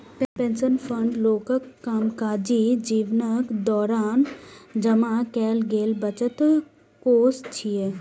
pension fund लोकक कामकाजी जीवनक दौरान जमा कैल गेल बचतक कोष छियै